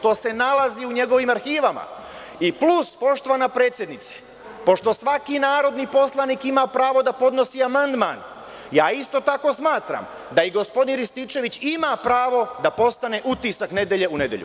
To se nalazi u njegovim arhivama i plus, poštovana predsednice, pošto svaki narodni poslanik ima pravo da podnosi amandman isto tako smatram da i gospodin Rističević ima pravo da postane utisak nedelje ovu nedelju.